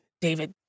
David